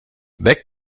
weg